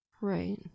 Right